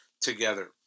together